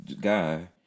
guy